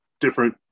different